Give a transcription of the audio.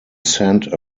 sent